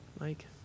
Mike